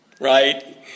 right